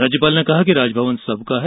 राज्यपाल ने कहा कि राजभवन सबका है